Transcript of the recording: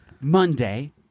Monday